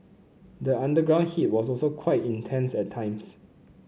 the underground heat was also quite intense at times